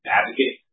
advocate